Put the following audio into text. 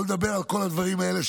שלא לדבר על כל הדברים האלה,